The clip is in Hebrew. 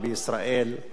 היא לא יכולה,